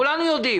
כולנו יודעים.